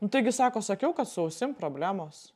nu taigi sako sakiau kad su ausim problemos